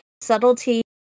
subtlety